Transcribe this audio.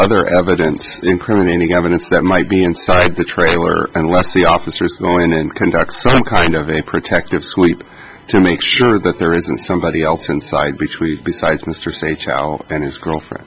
other evidence incriminating evidence that might be inside the trailer unless the officers going in conduct kind of a protective sweep to make sure that there is somebody else inside besides mr say charles and his girlfriend